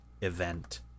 event